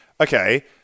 Okay